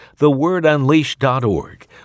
thewordunleashed.org